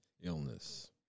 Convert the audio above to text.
Illness